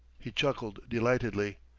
he chuckled delightedly.